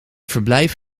verblijf